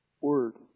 word